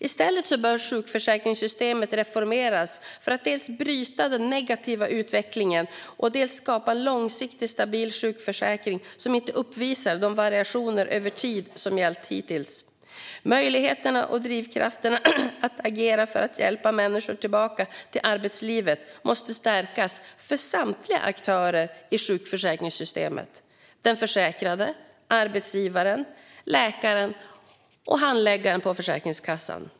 I stället bör sjukförsäkringssystemet reformeras för att dels bryta den negativa utvecklingen, dels skapa en långsiktigt stabil sjukförsäkring som inte uppvisar de variationer över tid som gällt hittills. Möjligheterna och drivkrafterna att agera för att hjälpa människor tillbaka till arbetslivet måste stärkas för samtliga aktörer i sjukförsäkringssystemet: den försäkrade, arbetsgivaren, läkaren och handläggaren på Försäkringskassan.